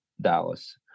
Dallas